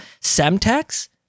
Semtex